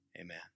amen